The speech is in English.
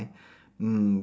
mm